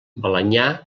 balenyà